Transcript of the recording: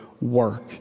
work